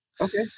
Okay